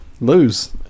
lose